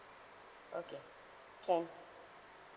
okay can